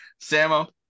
Sammo